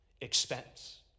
expense